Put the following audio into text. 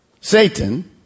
Satan